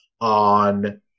on